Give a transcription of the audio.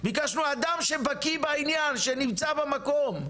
ביקשנו אדם שבקיא בעניין, שנמצא במקום,